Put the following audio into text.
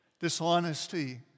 Dishonesty